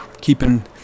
keeping